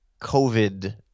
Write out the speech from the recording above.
COVID